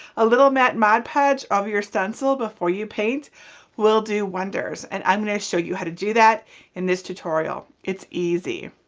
a little matte mod podge on your stencil before you paint will do wonders, and i'm going to show you how to do that in this tutorial. it's easy.